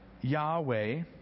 Yahweh